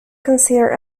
considered